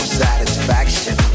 satisfaction